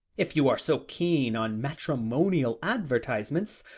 if you are so keen on matrimonial advertisements,